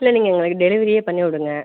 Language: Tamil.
இல்லை நீங்கள் எங்களுக்கு டெலிவரியே பண்ணி விடுங்க